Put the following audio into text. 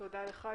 תודה לך.